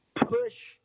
push